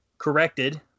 corrected